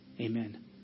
Amen